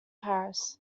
paris